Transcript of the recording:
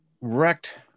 wrecked